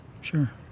Sure